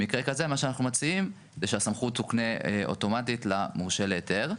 במקרה כזה מה שאנחנו מציעים זה שהסמכות תוקנה אוטומטית למורשה להיתר,